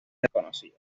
desconocida